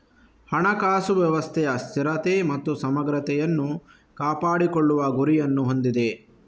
ಹಣಕಾಸು ವ್ಯವಸ್ಥೆಯ ಸ್ಥಿರತೆ ಮತ್ತು ಸಮಗ್ರತೆಯನ್ನು ಕಾಪಾಡಿಕೊಳ್ಳುವ ಗುರಿಯನ್ನು ಹೊಂದಿದೆ